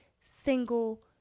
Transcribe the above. single